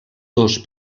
dos